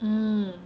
mm